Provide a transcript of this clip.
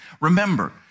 Remember